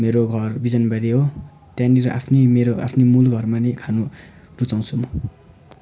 मेरो घर बिजनबारी हो त्यहाँनिर आफ्नो मेरो आफ्नै मूलघरमा नै खान रुचाउँछु म